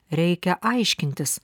reikia aiškintis